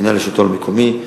במינהל השלטון המקומי,